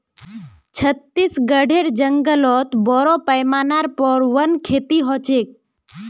छत्तीसगढेर जंगलत बोरो पैमानार पर वन खेती ह छेक